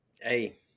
Hey